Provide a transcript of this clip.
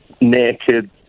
naked